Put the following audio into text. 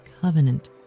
covenant